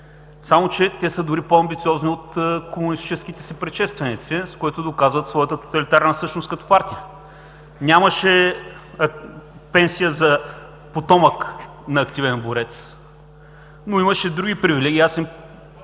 Само че те са дори по-амбициозни от комунистическите си предшественици, с което доказват своята тоталитарна същност като партия. Нямаше пенсия за потомък на активен борец, но имаше други привилегии.